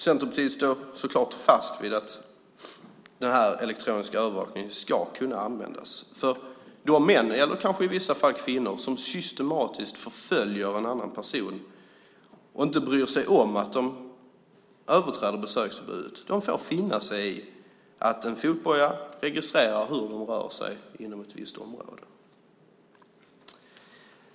Centerpartiet står så klart fast vid att den elektroniska övervakningen ska kunna användas. De män och i vissa fall kvinnor som systematiskt förföljer en annan person och inte bryr sig om att de överträder besöksförbudet får faktiskt finna sig i att en fotboja registrerar hur de rör sig inom ett visst område.